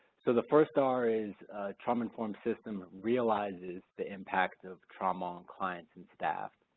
so the first r is trauma-informed system realizes the impact of trauma on clients and staff.